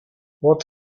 what